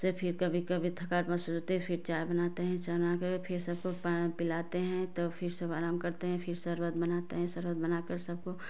त फिर कभी कभी थकावट महसूस होती है तो फिर चाय बनाते हैं चाय बनके फिर सबको पानी पिलाते हैं और फिर सब आराम करते हैं फिर शरबत बनाते हैं शरबत बना कर सबको